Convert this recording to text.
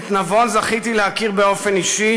את נבון זכיתי להכיר באופן אישי